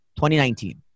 2019